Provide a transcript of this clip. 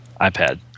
iPad